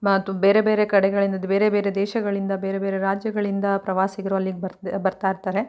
ಮತ್ತು ಬೇರೆ ಬೇರೆ ಕಡೆಗಳಿಂದ ಬೇರೆ ಬೇರೆ ದೇಶಗಳಿಂದ ಬೇರೆ ಬೇರೆ ರಾಜ್ಯಗಳಿಂದ ಪ್ರವಾಸಿಗರು ಅಲ್ಲಿಗೆ ಬರ್ತಾ ಇರ್ತಾರೆ